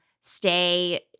stay